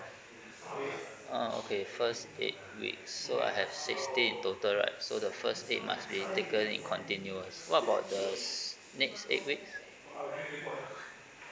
ah okay first eight weeks so I have sixteen in total right so the first eight must be taken in continuous what about the next eight weeks